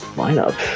lineup